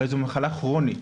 הרי זו מחלה כרונית